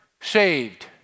saved